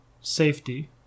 safety